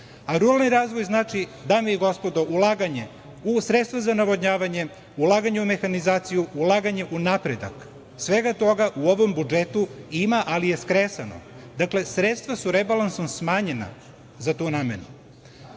Ruralni razvoj znači dame i gospodo ulaganje u sredstva za navodnjavanje, ulaganje u mehanizaciju, ulaganje u napredak. Svega toga u ovom budžetu ima, ali je skresano. Dakle, sredstva su rebalansom smanjena za tu namenu.